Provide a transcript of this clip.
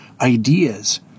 ideas